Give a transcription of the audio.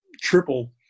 triple